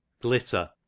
Glitter